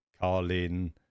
Carlin